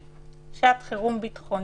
שעת חירום בנושא ביטחון,